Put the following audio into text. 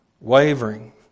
wavering